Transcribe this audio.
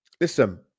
Listen